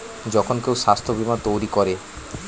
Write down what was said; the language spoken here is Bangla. যখন কেউ স্বাস্থ্য বীমা তৈরী করে